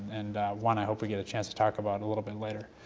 and one i hope we get a chance to talk about a little bit later.